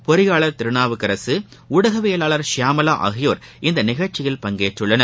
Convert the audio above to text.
பொறியாளர் திருநாவுக்கரசு ஊடகவியலாளர் சியாமளா ஆகியோர் இந்த நிகழ்ச்சியில் பங்கேற்றுள்ளனர்